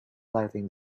lighting